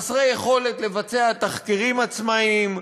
חסרי יכולת לבצע תחקירים עצמאיים.